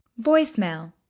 Voicemail